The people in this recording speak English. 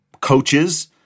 coaches